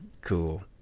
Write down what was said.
cool